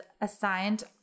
assigned